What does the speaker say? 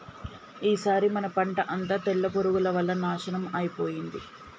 ఈసారి మన పంట అంతా తెల్ల పురుగుల వల్ల నాశనం అయిపోయింది